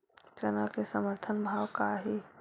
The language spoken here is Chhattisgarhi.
चना के समर्थन भाव का हे?